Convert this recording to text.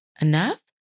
enough